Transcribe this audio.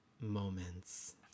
moments